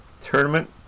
tournament